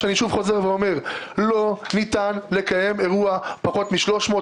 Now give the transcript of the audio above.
ואני שוב חוזר ואומר: לא ניתן לקיים אירוע של 300,